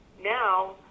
Now